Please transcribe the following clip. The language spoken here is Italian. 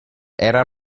era